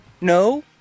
No